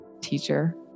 teacher